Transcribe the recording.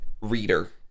reader